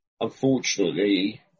unfortunately